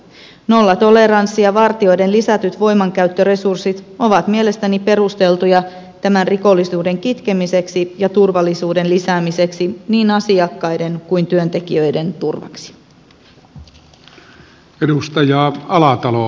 nollatoleranssi ja vartijoiden lisätyt voimankäyttöresurssit ovat mielestäni perusteltuja tämän rikollisuuden kitkemiseksi ja turvallisuuden lisäämiseksi niin asiakkaiden kuin työntekijöiden turvaksi